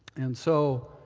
and so